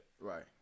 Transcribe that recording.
Right